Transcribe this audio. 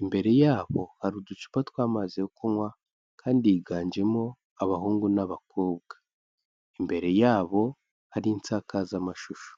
imbere yabo hari uducupa tw'amazi yo kunywa kandi higanjemo abahungu n'abakobwa, imbere yabo hari insakazamashusho.